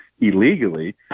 illegally